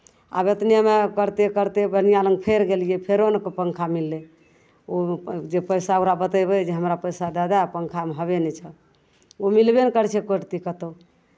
आब इतनेमे करिते करिते बनिआँ लग फेर गेलियै फेरो नहि पङ्खा मिललै ओ जे पैसा ओकरा बतयबै जे हमरा पैसा दऽ दए पङ्खामे हवे नहि छह ओ मिलबे नहि करै छै एक्को रत्ती कतहु